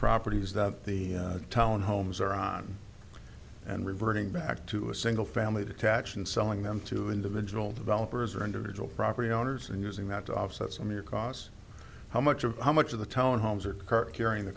properties that the town homes are on and reverting back to a single family detached and selling them to individual developers are individual property owners and using that to offset some your costs how much of how much of the town homes are current carrying the